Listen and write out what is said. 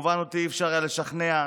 אותי אי-אפשר היה לשכנע,